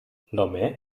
lomé